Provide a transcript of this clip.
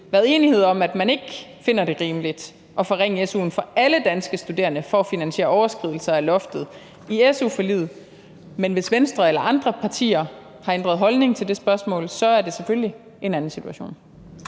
været enighed om, at man ikke finder det rimeligt at forringe su'en for alle danske studerende for at finansiere overskridelser af loftet i su-forliget, men hvis Venstre eller andre partier har ændret holdning til det spørgsmål, er det selvfølgelig en anden situation.